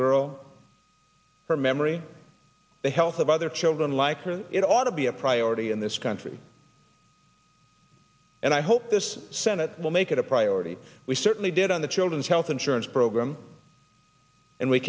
girl from memory the health of other children like it ought to be a priority in this country and i hope this senate will make it a priority we certainly did on the children's health insurance program and we